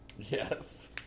Yes